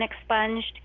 expunged